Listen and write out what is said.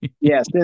Yes